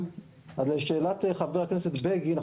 לשאלת חבר הכנסת בגין,